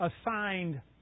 assigned